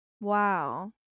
wow